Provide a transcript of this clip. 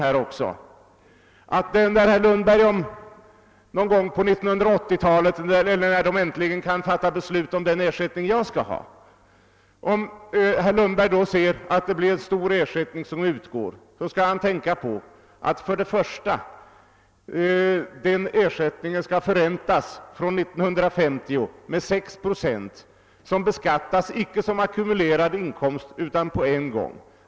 När herr Lundberg någon gång på 1980-talet eller när det äntligen kan fattas beslut om den ersättning jag skall ha, ser att det utgår ett stort belopp, bör han tänka på att beloppet skall förräntas från 1950 med 6 procent, som beskattas icke som ackumulerad inkomst utan på en gång.